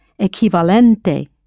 equivalente